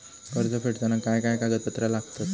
कर्ज फेडताना काय काय कागदपत्रा लागतात?